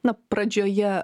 na pradžioje